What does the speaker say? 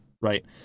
right